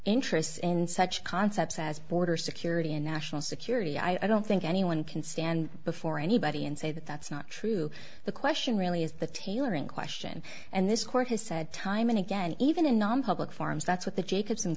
interests in such concepts as border security and national security i don't think anyone can stand before anybody and say that that's not true the question really is the tailoring question and this court has said time and again even in nonpublic farms that's what the jacob